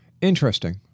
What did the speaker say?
interesting